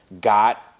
got